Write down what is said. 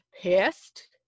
pissed